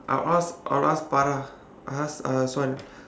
I'll ask I'll ask para I'll ask uh aswan